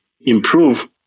improve